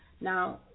Now